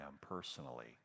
personally